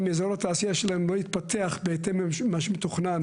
אם אזור התעשייה שלנו לא יתפתח בהתאם למה שמתוכנן